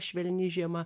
švelni žiema